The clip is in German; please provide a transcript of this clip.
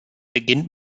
beginnt